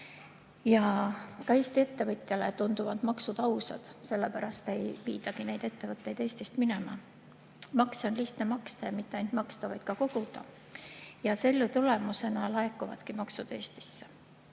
Ja ka Eesti ettevõtjale tunduvad maksud ausad, sellepärast ei viidagi ettevõtteid Eestist minema. Makse on lihtne maksta ja mitte ainult maksta, vaid ka koguda. Ja selle tulemusena laekuvadki maksud Eestisse.